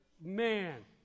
Man